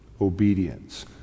Obedience